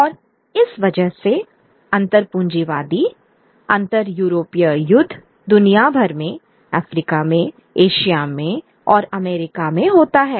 और इस वजह से अंतर पूँजीवादी अंतर यूरोपीय युद्ध दुनिया भर में अफ्रीका में एशिया और अमेरिका में होता है